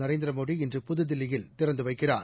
நரேந்திரமோடி இன்று புதுதில்லியில் திறந்துவைக்கிறார்